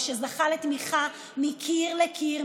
ושזכה לתמיכה מקיר לקיר,